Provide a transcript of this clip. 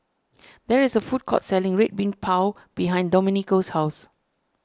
there is a food court selling Red Bean Bao behind Domenico's house